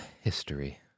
History